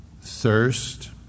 thirst